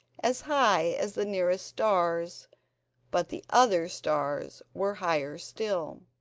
as high as the nearest stars but the other stars were higher still.